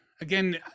again